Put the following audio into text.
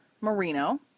Merino